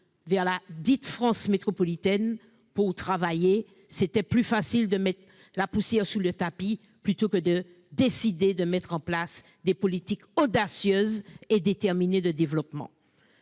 vers ladite France métropolitaine pour y travailler. C'était plus facile de mettre la poussière sous le tapis plutôt que de décider de mettre en place des politiques audacieuses et déterminées en matière de développement.